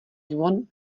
zvon